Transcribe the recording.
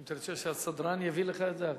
אם תרצה שהסדרן יביא לך את זה,